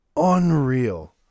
unreal